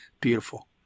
Beautiful